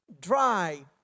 dry